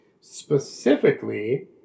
specifically